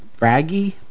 Braggy